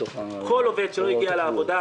כל עובד שלא הגיע לעבודה,